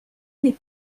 n’est